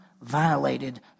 violated